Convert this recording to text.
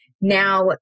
Now